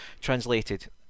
translated